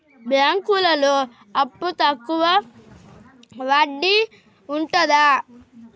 బ్యాంకులలో అప్పుకు తక్కువ వడ్డీ ఉంటదా?